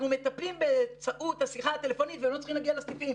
אנחנו מטפלים באמצעות השיחה הטלפונית והם לא צריכים להגיע לסניפים.